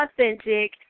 authentic